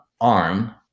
ARM